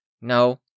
No